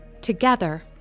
Together